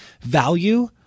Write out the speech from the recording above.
value